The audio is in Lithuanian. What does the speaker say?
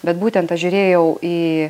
bet būtent aš žiūrėjau į